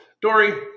Dory